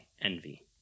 envy